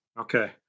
Okay